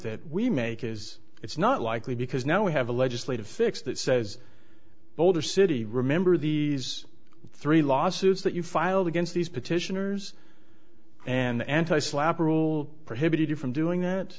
that we make is it's not likely because now we have a legislative fix that says boulder city remember these three lawsuits that you filed against these petitioners and the anti slapp rule prohibited you from doing that